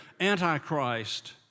Antichrist